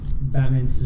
Batman